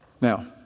Now